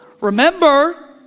Remember